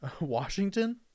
Washington